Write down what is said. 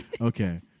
Okay